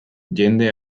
jende